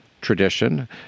tradition